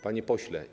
Panie Pośle!